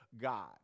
God